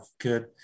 good